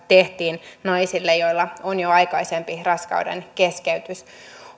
tehtiin naisille joilla on jo aikaisempi raskaudenkeskeytys